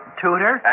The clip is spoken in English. tutor